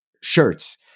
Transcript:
shirts